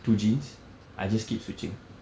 two jeans I just keep switching